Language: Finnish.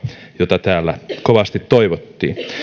jota täällä kovasti toivottiin